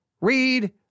read